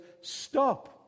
Stop